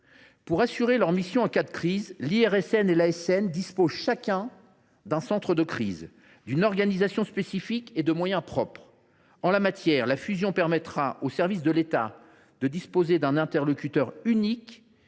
Pour assurer leurs missions en cas de crise, l’IRSN et l’ASN disposent chacun d’un centre de crise, d’une organisation spécifique et de moyens propres. En la matière, la fusion permettra aux services de l’État de disposer d’un interlocuteur unique